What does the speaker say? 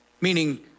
meaning